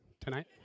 tonight